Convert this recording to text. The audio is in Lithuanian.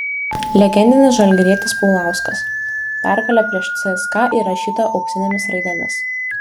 legendinis žalgirietis paulauskas pergalė prieš cska įrašyta auksinėmis raidėmis